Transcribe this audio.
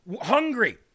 hungry